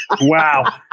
Wow